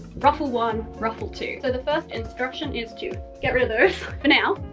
ruffle one, ruffle two. so the first instruction is to get rid of those for now